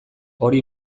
hori